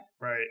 Right